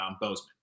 Bozeman